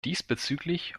diesbezüglich